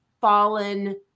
fallen